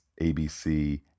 ABC